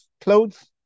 clothes